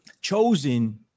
chosen